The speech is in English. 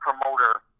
promoter